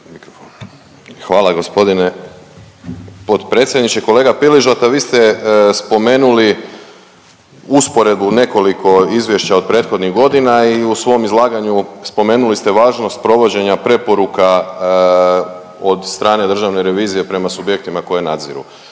Hvala gospodine potpredsjedniče. Kolega Piližota, vi ste spomenuli usporedbu nekoliko izvješća od prethodnih godina i u svom izlaganju spomenuli ste važnost provođenja preporuka od strane državne revizije prema subjektima koje nadziru.